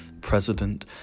president